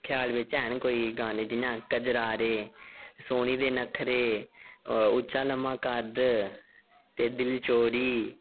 ख्याल बिच हैन कोई गाने जि'यां कजरारे सोनी दे नखरे उच्चा लम्मा कद्द ते दिल चोरी